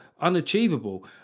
unachievable